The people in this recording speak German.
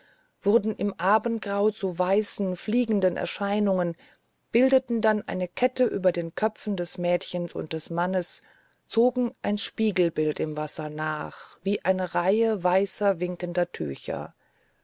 wurden im abendgrau zu weißen fliegenden erscheinungen bildeten dann eine kette über den köpfen des mädchens und des mannes zogen ein spiegelbild im wasser nach wie eine reihe weißer winkender tücher